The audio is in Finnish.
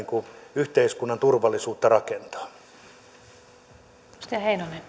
yhteiskunnan turvallisuutta rakentaa